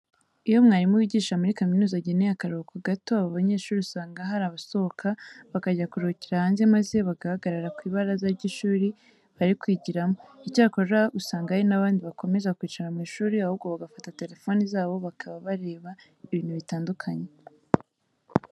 Iyo umwarimu wigisha muri kaminuza ageneye akaruhuko gato aba banyeshuri usanga hari abasohoka bakajya kuruhukira hanze maze bagahagarara ku ibaraza ry'ishuri bari kwigiramo. Icyakora usanga hari n'abandi bakomeza kwicara mu ishuri ahubwo bagafata telefone zabo bakaba bareba ibintu bitandukanye.